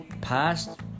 Past